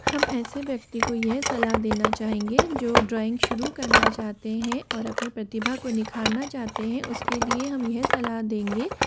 हम ऐसे व्यक्ति को यह सलाह देना चाहेंगे जो ड्राइंग शुरु करना चाहते हैं और अपनी प्रतिभा को निखारना चाहते हैं उसके लिए हम यह सलाह देंगे